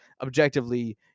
objectively